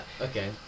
okay